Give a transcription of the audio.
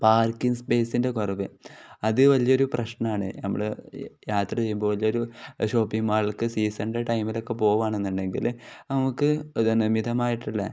parking സ്പേസിൻ്റെ കുറവ് അത് വലിയ ഒരു പ്രശ്നമാണ് നമ്മൾ യാത്ര ചെയ്യുമ്പോൾ വലിയ ഒരു ഷോപ്പിംഗ് മാൾക്ക് സീസൺ്റെ ടൈമിലൊക്കെ പോകുക ആണെന്ന് ഉണ്ടെങ്കിൽ നമുക്ക് മിതമായിട്ടുള്ള